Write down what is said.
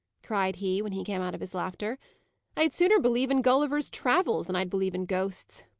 cried he, when he came out of his laughter i'd sooner believe in gulliver's travels, than i'd believe in ghosts.